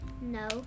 No